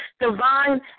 divine